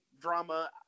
drama